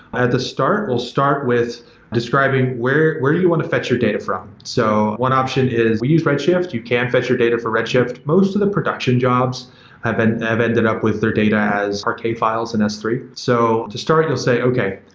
at the start, we'll start with describing where where you want to fetch your data from. so one option is we use red shift. you can fetch your data for red shift. most of the production jobs have and have ended up with their data as parquet files in s three. so, to start you'll say, okay,